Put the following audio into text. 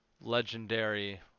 legendary